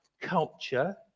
culture